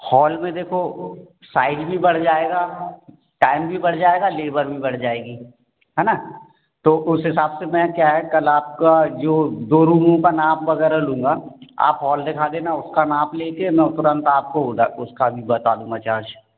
hall में देखो size भी बढ़ जाएगा टाइम भी बढ़ जाएगा लेबर भी बढ़ जाएगी है ना तो उस हिसाब से मैं क्या है कल आपका जो दो रूमों का नाप वगैरह लूँगा आप हॉल दिखा देना उसका नाप लेकर मैं तुरंत आपको उसका भी बता दूँगा चार्ज